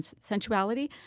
sensuality